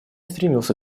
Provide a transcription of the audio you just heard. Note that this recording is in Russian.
стремился